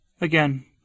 Again